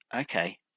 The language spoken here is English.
okay